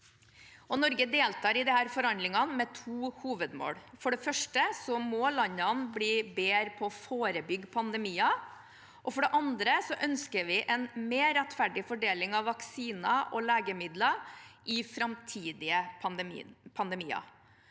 Norge deltar i disse forhandlingene med to hovedmål. For det første må landene bli bedre på å forebygge pandemier. For det andre ønsker vi en mer rettferdig fordeling av vaksiner og legemidler i framtidige pandemier.